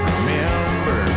Remember